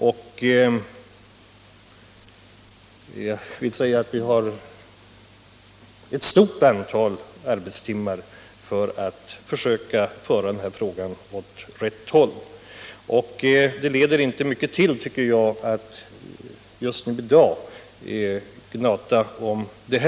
Jag vill säga att vi lagt ned ett stort antal arbetstimmar på att föra Algotsfrågan till en lösning. Det leder ingen vart att i dag gnata om detta.